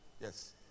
Yes